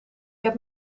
heb